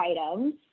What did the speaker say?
items